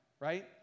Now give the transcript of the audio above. right